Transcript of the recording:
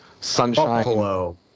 Sunshine